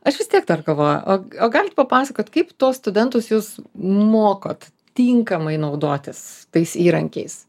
aš vis tiek dar galvoju o o galit papasakot kaip tuos studentus jūs mokat tinkamai naudotis tais įrankiais